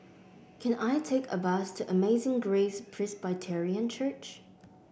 can I take a bus to Amazing Grace Presbyterian Church